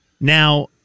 Now